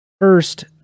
First